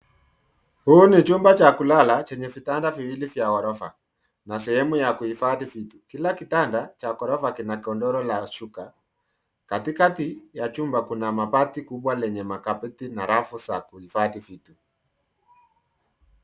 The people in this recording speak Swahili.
Huu ni chumba cha kulala chenye vitanda viwili vya ghorofa na sehemu ya kuhifadhi vitu. Kila kitanda cha ghorofa kina godoro la shuka. Katikati ya chumba kuna mabati kubwa lenye makabati na rafu za kuhifadhi vitu.